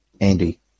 Andy